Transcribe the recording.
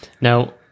now